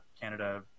Canada